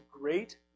great